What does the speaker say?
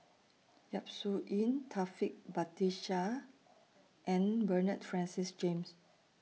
Yap Su Yin Taufik Batisah and Bernard Francis James